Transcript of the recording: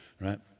Right